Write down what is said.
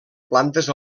plantes